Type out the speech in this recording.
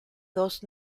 dos